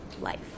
life